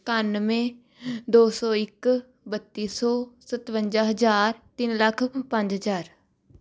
ਇਕਾਨਵੇਂ ਦੋ ਸੌ ਇੱਕ ਬੱਤੀ ਸੌ ਸਤਵੰਜਾ ਹਜ਼ਾਰ ਤਿੰਨ ਲੱਖ ਪੰਜ ਹਜ਼ਾਰ